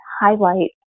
highlight